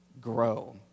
grow